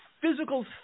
physical